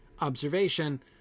observation